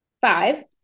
five